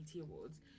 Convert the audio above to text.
Awards